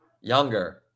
Younger